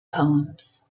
poems